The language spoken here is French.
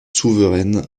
souveraine